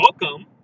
welcome